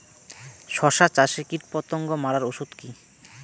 শসা চাষে কীটপতঙ্গ মারার ওষুধ কি?